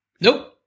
Nope